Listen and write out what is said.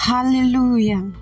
Hallelujah